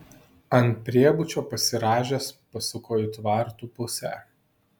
ant priebučio pasirąžęs pasuko į tvartų pusę